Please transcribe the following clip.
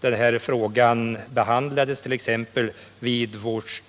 Denna fråga behandlades t.ex. vid vårt